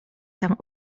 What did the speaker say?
tam